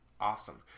awesome